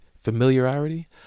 familiarity